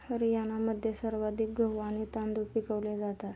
हरियाणामध्ये सर्वाधिक गहू आणि तांदूळ पिकवले जातात